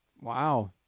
Wow